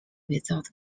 without